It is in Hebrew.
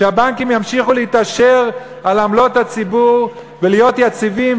שהבנקים ימשיכו להתעשר על עמלות הציבור ולהיות יציבים,